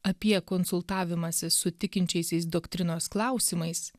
apie konsultavimąsi su tikinčiaisiais doktrinos klausimais